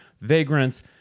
vagrants